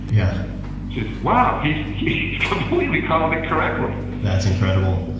yeah wow, he he completely called it correctly. that's incredible.